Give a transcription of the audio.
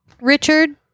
Richard